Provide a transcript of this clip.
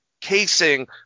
casing